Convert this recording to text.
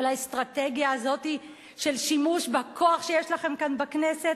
כל האסטרטגיה הזאת של שימוש בכוח שיש לכם כאן בכנסת,